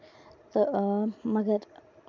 تہٕ آ مَگر